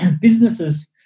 businesses